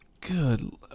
good